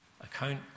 account